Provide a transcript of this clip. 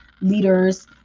leaders